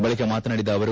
ಬಳಿಕ ಮಾತನಾಡಿದ ಆವರು